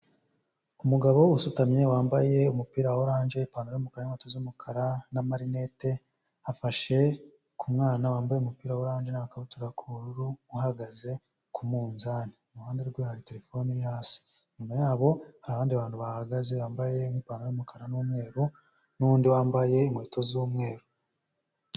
Umugabo usutamye wambaye umupira wa orange, ipantaro y'umukara n'inkweto z'umukara n'amarinete, afashe ku mwana wambaye umupira wa orange n'agakabutura k'ubururu uhagaze ku munzani. Iruhande rwe hari terefone iri hasi, inyuma ye hari abandi bantu bahagaze bambaye ipantaro y'umukara n'umweru n'undi wambaye inkweto z'umweru.